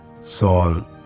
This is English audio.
Saul